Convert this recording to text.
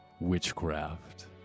Witchcraft